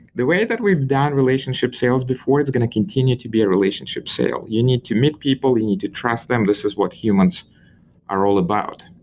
the way that we've done relationship sales before, it's going to continue to be relationship sales. you need to meet people. and need to trust them. this is what humans are all about.